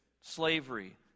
slavery